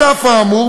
על אף האמור,